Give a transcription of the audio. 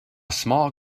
small